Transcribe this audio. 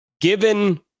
Given